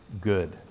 good